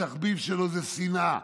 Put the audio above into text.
התחביב שלו זה שנאה.